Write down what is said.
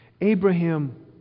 Abraham